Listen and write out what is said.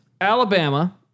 Alabama